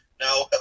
Now